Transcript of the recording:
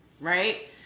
Right